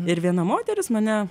ir viena moteris mane